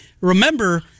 Remember